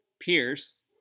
Pierce